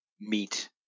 meet